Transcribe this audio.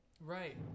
Right